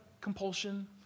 compulsion